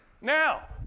Now